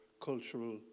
cultural